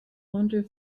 wander